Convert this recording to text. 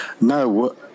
No